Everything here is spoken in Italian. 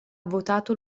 votato